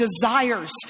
desires